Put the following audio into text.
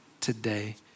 today